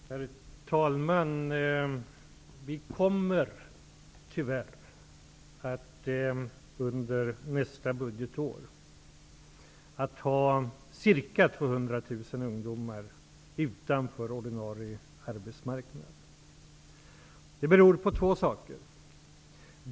Herr talman! Vi kommer tyvärr att under nästa budgetår ha ca 200 000 ungdomar utanför ordinarie arbetsmarknad. Det beror på två saker.